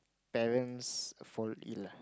parents fall ill lah